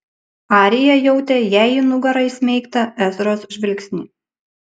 arija jautė jai į nugarą įsmeigtą ezros žvilgsnį